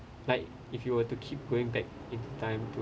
like if you were to keep going back in time